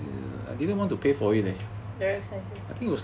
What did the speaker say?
very expensive ah